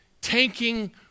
tanking